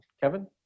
Kevin